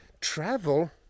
travel